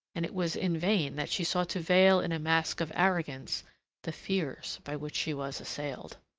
and it was in vain that she sought to veil in a mask of arrogance the fears by which she was assailed.